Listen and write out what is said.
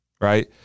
right